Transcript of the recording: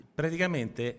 praticamente